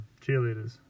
cheerleaders